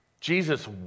Jesus